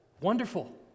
wonderful